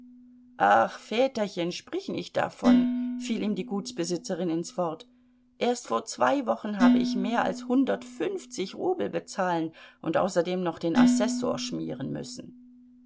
ach väterchen sprich nicht davon fiel ihm die gutsbesitzerin ins wort erst vor zwei wochen habe ich mehr als hundertfünfzig rubel bezahlen und außerdem noch den assessor schmieren müssen